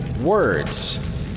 Words